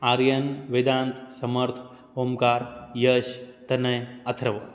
Aryan Vedant Samarth Omkar Yash Tanay Atharva